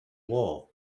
war